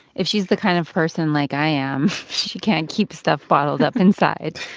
if she's the kind of person like i am, she can't keep stuff bottled up inside.